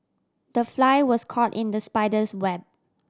the fly was caught in the spider's web